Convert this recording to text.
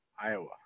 iowa